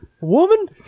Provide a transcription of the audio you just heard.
woman